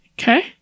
Okay